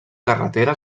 carretera